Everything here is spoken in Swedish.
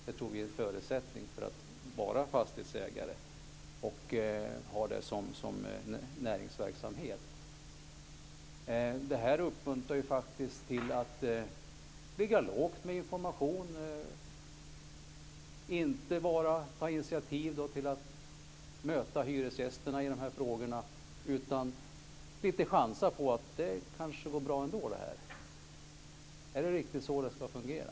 Det är en förutsättning för att vara en fastighetsägare och ha fastighetsägande som näringsverksamhet. Det här uppmuntrar till att ligga lågt med information, att inte ta initiativ till att möta hyresgästerna i frågorna utan att chansa på att det går bra ändå. Är det så det ska fungera?